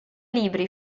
libri